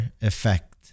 effect